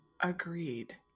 agreed